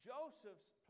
Joseph's